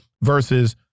versus